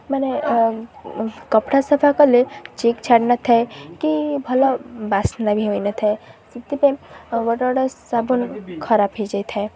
ମାନେ କପଡ଼ା ସଫା କଲେ ଚିକ୍ ଛାଡ଼ି ନଥାଏ କି ଭଲ ବାସ୍ନା ବି ହୋଇନଥାଏ ସେଥିପାଇଁ ଗୋଟେ ଗୋଟେ ସାବୁନ ଖରାପ ହେଇଯାଇଥାଏ